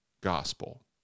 gospel